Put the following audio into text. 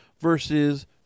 versus